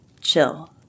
chill